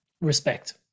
respect